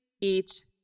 eat